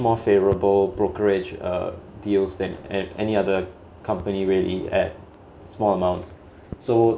more favourable brokerage uh deals than a~ any other company really at small amounts so